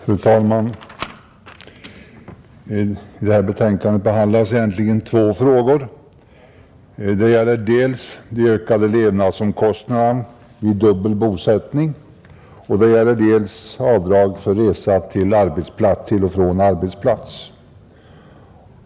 Fru talman! I skatteutskottets betänkande nr 26 behandlas egentligen två frågor, dels de ökade levnadsomkostnaderna vid dubbel bosättning, dels avdrag för resa till och från arbetsplats.